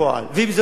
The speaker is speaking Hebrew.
ואם זה לא מתבצע,